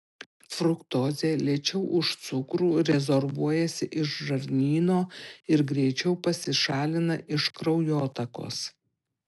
fruktozė lėčiau už cukrų rezorbuojasi iš žarnyno ir greičiau pasišalina iš kraujotakos